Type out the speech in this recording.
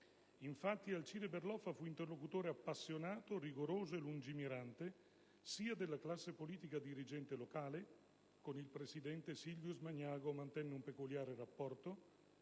Infatti, Alcide Berloffa fu interlocutore appassionato, rigoroso e lungimirante sia della classe politica dirigente locale (con il presidente Silvius Magnago mantenne un peculiare rapporto),